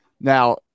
Now